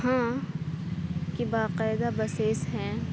ہاں کہ باقاعدہ بسیز ہیں